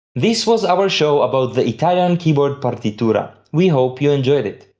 this was our show about the italian keyboard partitura we hope you enjoyed it!